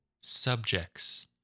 subjects